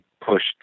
pushed